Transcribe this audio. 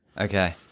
Okay